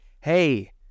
Hey